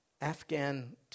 Afghan